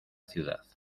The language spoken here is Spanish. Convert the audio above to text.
ciudad